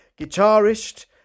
guitarist